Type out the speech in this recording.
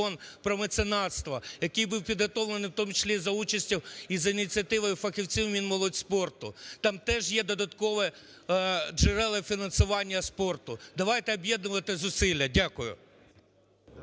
про меценатство, який був підготовлений в тому числі за участю і за ініціативою фахівців Мінмолодьспорту. Там теж є додаткові джерела фінансування спорту. Давайте об'єднувати зусилля. Дякую.